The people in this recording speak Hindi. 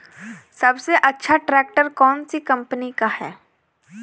सबसे अच्छा ट्रैक्टर कौन सी कम्पनी का है?